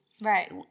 Right